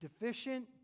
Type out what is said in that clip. deficient